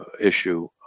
issue